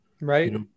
Right